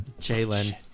Jalen